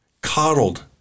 coddled